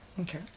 Okay